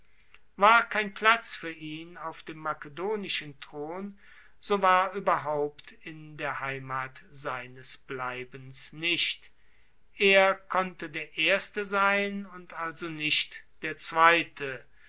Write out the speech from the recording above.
war kein platz fuer ihn auf dem makedonischen thron so war ueberhaupt in der heimat seines bleibens nicht er konnte der erste sein und also nicht der zweite